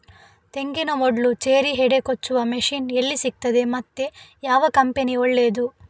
ತೆಂಗಿನ ಮೊಡ್ಲು, ಚೇರಿ, ಹೆಡೆ ಕೊಚ್ಚುವ ಮಷೀನ್ ಎಲ್ಲಿ ಸಿಕ್ತಾದೆ ಮತ್ತೆ ಯಾವ ಕಂಪನಿ ಒಳ್ಳೆದು?